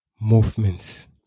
movements